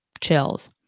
chills